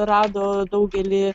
rado daugelį